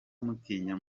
mutinya